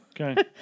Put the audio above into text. Okay